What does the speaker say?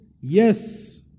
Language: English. Yes